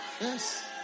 Yes